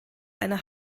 einer